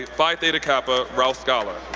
phi theta kappa, rouse scholar.